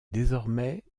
désormais